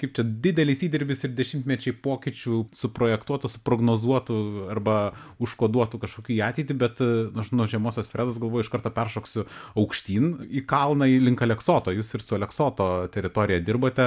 kaip čia didelis įdirbis ir dešimtmečiai pokyčių suprojektuotų prognozuotų arba užkoduotų kažkokių į ateitį bet aš nuo žemosios fredos galvoju iš karto peršoksiu aukštyn į kalną į link aleksoto jūs ir su aleksoto teritorija dirbote